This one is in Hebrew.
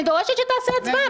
אני דורשת שתעשה הצבעה.